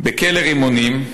בכלא "רימונים"